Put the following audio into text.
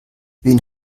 wen